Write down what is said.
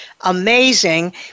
amazing